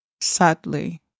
Sadly